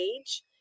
age